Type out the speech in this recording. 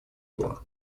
его